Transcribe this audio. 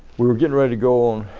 we were getting ready to go on